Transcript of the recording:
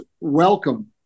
welcome